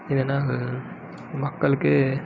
இதனால் மக்களுக்கு